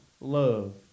love